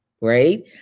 right